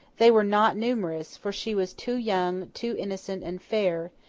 they were not numerous for she was too young, too innocent and fair,